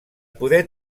poder